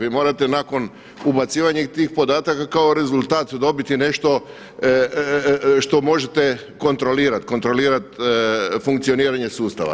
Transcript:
Vi morate nakon ubacivanja tih podataka kao rezultat dobiti nešto što možete kontrolirati, kontrolirati funkcioniranje sustava.